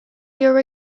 your